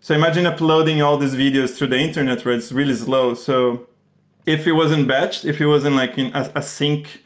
so imagine uploading all these videos through the internet where it's really slow. so if it wasn't batched, if it wasn't like in a sync